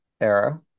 era